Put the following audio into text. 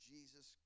Jesus